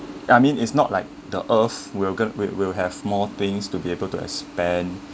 I mean it's not like the earth will go~ will will have more things to be able to us spend